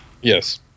Yes